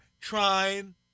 trying